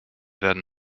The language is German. werden